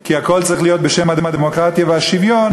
כי הכול צריך להיות בשם הדמוקרטיה והשוויון,